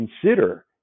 consider